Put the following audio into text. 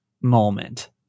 moment